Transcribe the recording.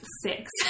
six